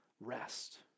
rest